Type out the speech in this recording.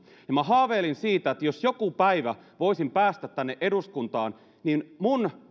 ja minä haaveilin siitä että jos joku päivä voisin päästä tänne eduskuntaan niin minun